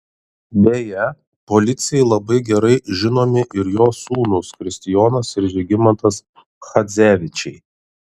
beje policijai labai gerai žinomi ir jo sūnūs kristijonas ir žygimantas chadzevičiai